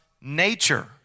nature